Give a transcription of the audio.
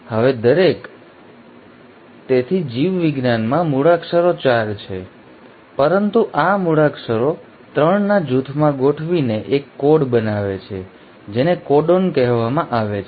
હવે દરેક તેથી જીવવિજ્ઞાનમાં મૂળાક્ષરો 4 છે પરંતુ આ મૂળાક્ષરો 3 ના જૂથમાં ગોઠવીને એક કોડ બનાવે છે જેને કોડોન કહેવામાં આવે છે